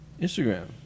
instagram